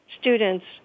students